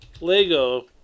LEGO